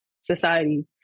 society